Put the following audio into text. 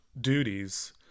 duties